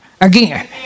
again